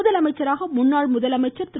முதலமைச்சராக முன்னாள் முதலமைச்சர் திரு